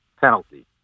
penalty